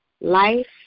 life